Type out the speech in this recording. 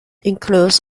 includes